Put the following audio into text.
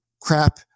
crap